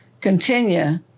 continue